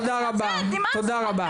תודה רבה.